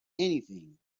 anything